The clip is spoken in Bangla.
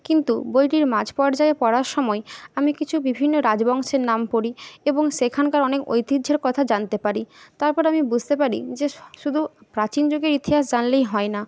কিন্তু বইটির মাঝ পর্যায়ে পড়ার সময় আমি কিছু বিভিন্ন রাজবংশের নাম পড়ি এবং সেখানকার অনেক ঐতিহ্যের কথা জানতে পারি তার পরে আমি বুঝতে পারি যে শুধু প্রাচীন যুগের ইতিহাস জানলেই হয় না